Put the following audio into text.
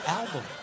album